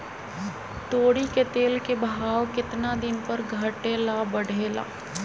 तोरी के तेल के भाव केतना दिन पर घटे ला बढ़े ला?